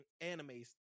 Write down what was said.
animes